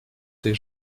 ces